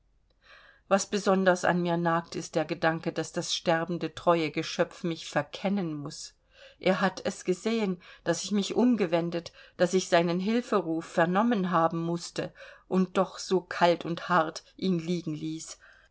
was besonders an mir nagt ist der gedanke daß das sterbende treue geschöpf mich verkennen muß er hat es gesehen daß ich mich umgewendet daß ich seinen hilferuf vernommen haben mußte und doch so kalt und hart ihn liegen ließ